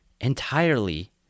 entirely